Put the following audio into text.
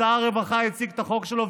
שר הרווחה הציג את החוק שלו,